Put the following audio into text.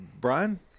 Brian